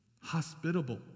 Hospitable